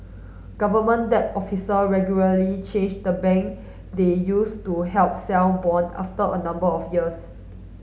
government debt officer regularly change the bank they use to help sell bond after a number of years